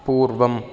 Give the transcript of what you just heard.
पूर्वम्